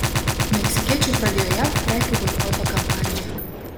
meksikiečiai pradėjo jav prekių boikoto kampaniją